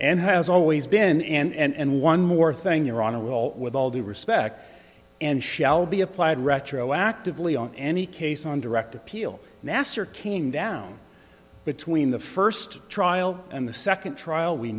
and has always been and one more thing you're on a roll with all due respect and shall be applied retroactively on any case on direct appeal nasser came down between the first trial and the second trial we